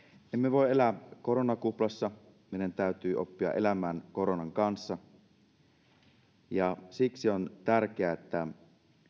voi elää koronakuplassa meidän täytyy oppia elämään koronan kanssa siksi on tärkeää että